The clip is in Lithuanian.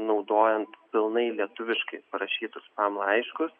naudojant pilnai lietuviškai parašytus spam laiškus